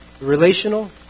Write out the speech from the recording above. relational